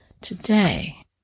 today